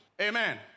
Amen